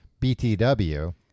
BTW